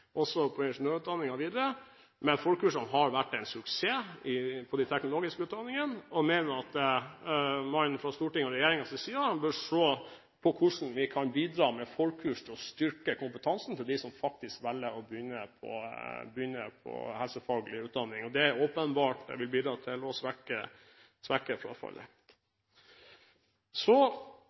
videre, men forkursene har vært en suksess innen de teknologiske utdanningene. Jeg mener at man fra Stortingets og regjeringens side bør se på hvordan vi kan bidra med forkurs for å styrke kompetansen for dem som faktisk velger å begynne med helsefaglig utdanning. Det vil åpenbart bidra til å redusere frafallet.